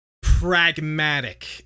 pragmatic